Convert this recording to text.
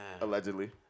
Allegedly